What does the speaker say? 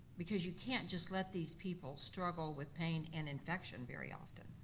because you can't just let these people struggle with pain and infection very often.